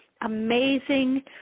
amazing